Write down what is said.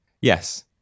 Yes